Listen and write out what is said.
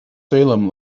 salem